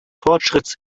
fortschritts